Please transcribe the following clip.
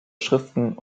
schriften